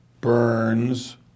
Burns